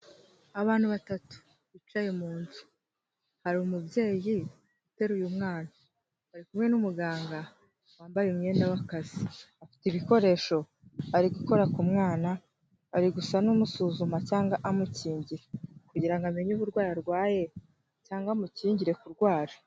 Abatu batatu bicaye mu nzu, hari umubyeyi uteruye umwana, ari kumwe n'umuganga wambaye umwenda w'akazi, afite ibikoresho ari gukora ku mwana ari gusa n'umusuzuma cyangwa amukingira kugira ngo amenye uburwayi arwaye cyangwa amukingire kurwara.